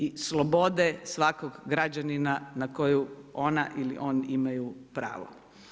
I slobode svakog građanina na koju ona ili on imaju pravu.